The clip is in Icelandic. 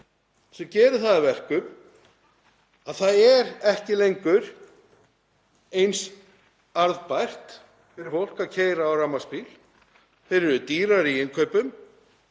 sem gerir það að verkum að það er ekki lengur eins arðbært fyrir fólk að keyra á rafmagnsbíl. Þeir eru dýrari í innkaupum.